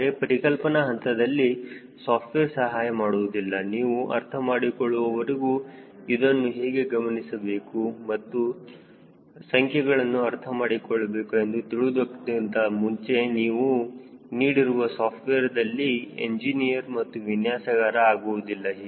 ಆದರೆ ಪರಿಕಲ್ಪನಾ ಹಂತದಲ್ಲಿ ಸಾಫ್ಟ್ವೇರ್ ಸಹಾಯ ಮಾಡುವುದಿಲ್ಲ ನೀವು ಅರ್ಥ ಮಾಡಿಕೊಳ್ಳುವವರೆಗೂ ಇದನ್ನು ಹೇಗೆ ಗಮನಿಸಬೇಕು ಎಂದು ಮತ್ತು ಸಂಖ್ಯೆಗಳನ್ನು ಅರ್ಥಮಾಡಿಕೊಳ್ಳಬೇಕು ಎಂದು ತಿಳಿದುಕೊಳ್ಳುವುದಕ್ಕಿಂತ ಮುಂಚೆ ನೀವು ನೀಡಿರುವ ಸಾಫ್ಟ್ವೇರ್ದಲ್ಲಿ ಎಂಜಿನಿಯರ್ ಅಥವಾ ವಿನ್ಯಾಸಗಾರ ಆಗುವುದಿಲ್ಲ